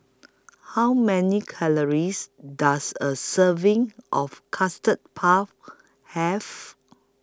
How Many Calories Does A Serving of Custard Puff Have